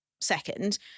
second